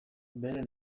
beren